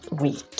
week